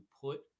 put